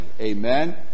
amen